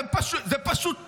זה פשוט טרלול.